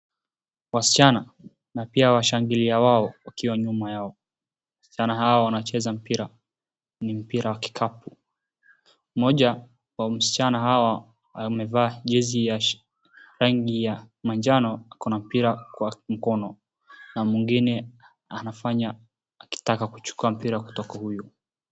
Wasichana na pia washangiliaji wao wakiwa nyuma yao. Wasichana hawa wanacheza mpira ni mpira wa kikapu. Mmoja wa msichana hawa amevaa jezi ya rangi ya manjano, ako na mpira kwa mkono na mwingine anafanya akitaka kuchukua mpira kutoka huyu.